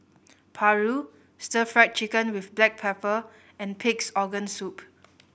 paru Stir Fried Chicken with black pepper and Pig's Organ Soup